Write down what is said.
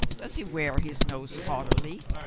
does he wear his nose haughtily?